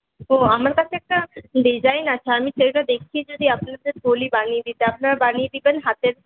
ও আমার কাছে একটা ডিজাইন আছে আমি সেইটা দেখিয়ে যদি আপনাদের বলি বানিয়ে দিতে আপনারা বানিয়ে দেবেন হাতের